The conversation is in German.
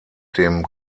dem